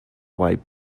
white